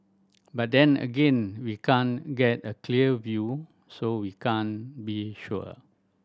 but then again we can't get a clear view so we can't be sure